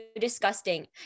disgusting